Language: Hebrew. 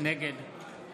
נגד